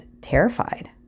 terrified